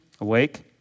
Awake